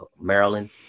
Maryland